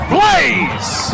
Blaze